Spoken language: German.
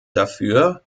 dafür